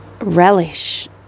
relish